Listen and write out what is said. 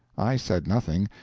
i said nothing,